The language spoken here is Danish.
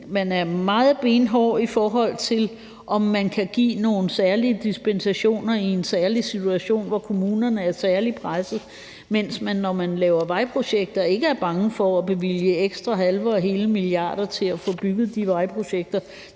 man er meget benhård på, i forhold til om man kan give nogen særlige dispensationer i en særlig situation, hvor kommunerne er særlig pressede, mens man, når man laver vejprojekter, ikke er bange for at bevilge ekstra halve og hele milliarder til at få bygget de vejprojekter,